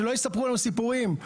שלא יספרו לנו סיפורים,